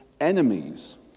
enemies